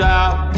out